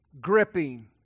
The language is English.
Gripping